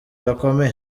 gakomeye